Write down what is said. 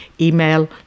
email